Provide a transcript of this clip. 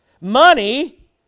Money